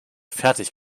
fertig